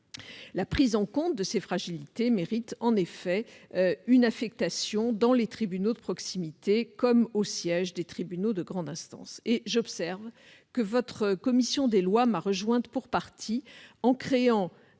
La prise en compte de ces fragilités mérite en effet une affectation dans les tribunaux de proximité, comme au siège des tribunaux de grande instance. J'observe au passage que votre commission des lois m'a rejointe pour partie en créant